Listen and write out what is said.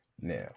Now